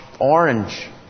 orange